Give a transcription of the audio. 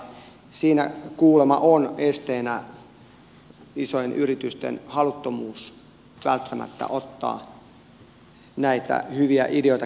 siinä kuulemma on esteenä isojen yritysten haluttomuus välttämättä ottaa näitä hyviä ideoita käytäntöön